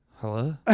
Hello